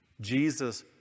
Jesus